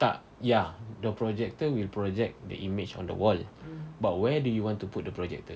tak ya your projector will project the image on the wall but where do you want to put the projector